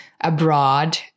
abroad